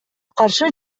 каршы